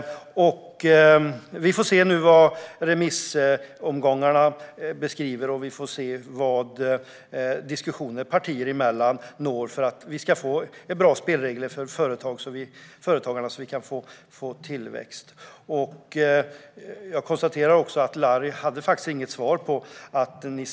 Vi får se vad remissomgångarna beskriver och vad diskussionerna mellan partierna kan ge för att vi ska få bra spelregler för företagare, så att vi kan få tillväxt. Jag konstaterar att du inte hade något svar, Larry Söder.